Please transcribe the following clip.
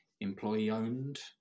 employee-owned